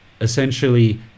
essentially